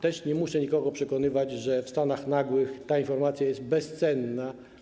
Też nie muszę nikogo przekonywać do tego, że w stanach nagłych ta informacja jest bezcenna.